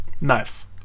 knife